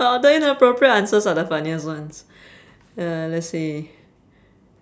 well the inappropriate answers are the funniest ones uh let's see